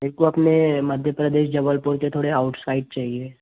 मेरे को अपने मध्य प्रदेश जबलपुर के थोड़े आउटसाइड चाहिए